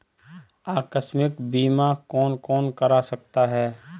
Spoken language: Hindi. आकस्मिक बीमा कौन कौन करा सकता है?